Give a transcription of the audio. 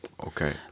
Okay